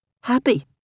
Happy